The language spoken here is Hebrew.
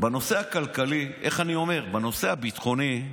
בנושא הכלכלי, איך אני אומר, בנושא הביטחוני,